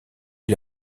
est